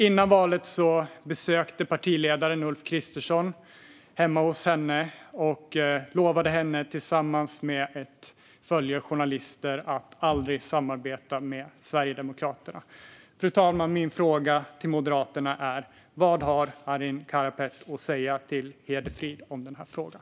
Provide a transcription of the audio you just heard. Före valet gjorde partiledaren Ulf Kristersson ett besök hemma hos henne tillsammans med ett följe journalister och lovade henne att aldrig samarbeta med Sverigedemokraterna. Fru talman! Min fråga till Moderaterna är: Vad har Arin Karapet att säga till Hédi Fried om den här frågan?